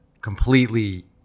completely